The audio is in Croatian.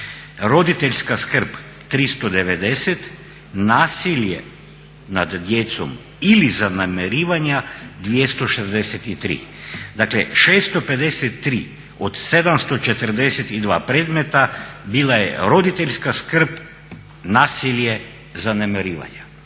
roditeljska skrb 390, nasilje nad djecom ili zanemarivanja 263. Dakle, 653 od 742 predmeta bila je roditeljska skrb, nasilje, zanemarivanja.